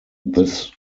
this